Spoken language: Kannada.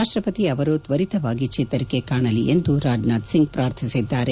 ರಾಷ್ಟಪತಿ ಅವರು ತ್ವರಿತವಾಗಿ ಚೇತರಿಕೆ ಕಾಣಲಿ ಎಂದು ರಾಜನಾಥ್ ಸಿಂಗ್ ಪ್ರಾರ್ಥಿಸಿದ್ದಾರೆ